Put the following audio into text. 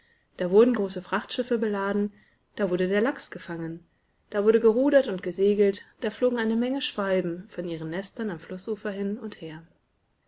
da wurden große frachtschiffe beladen da wurde der lachs gefangen da wurde gerudert und gesegelt da flogen eine menge schwalben von ihren nesternamflußuferhinundher aber ein stockwerk höher